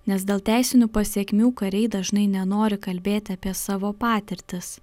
nes dėl teisinių pasekmių kariai dažnai nenori kalbėti apie savo patirtis